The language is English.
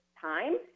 time